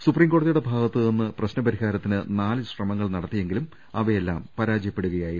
സുപ്രീംകോടതിയുടെ ഭാഗ ത്തുനിന്ന് പ്രശ്നപരിഹാരത്തിന് നാല് ശ്രമങ്ങൾ നടത്തിയെങ്കിലും അവ യെല്പാം പരാജയപ്പെടുകയായിരുന്നു